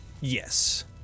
Yes